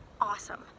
awesome